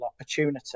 opportunity